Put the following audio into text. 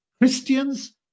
Christians